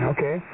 Okay